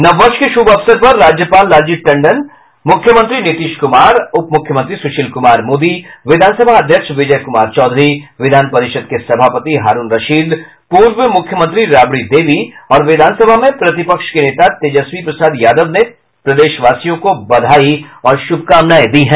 नव वर्ष के शुभ अवसर पर राज्यपाल लालजी टंडन मुख्यमंत्री नीतीश कुमार उप मुख्यमंत्री सुशील कुमार मोदी विधानसभा अध्यक्ष विजय कुमार चौधरी विधान परिषद के सभापति हारूण रशीद पूर्व मुख्यमंत्री राबड़ी देवी और विधानसभा में प्रतिपक्ष के नेता तेजस्वी प्रसाद यादव ने प्रदेशवासियों को बधाई और शुभकामनाएं दी हैं